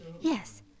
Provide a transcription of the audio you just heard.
Yes